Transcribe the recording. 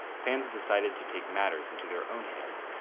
fans decided to take matters into their own hands,